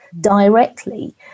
directly